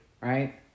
right